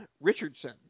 Richardson